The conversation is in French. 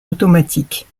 automatique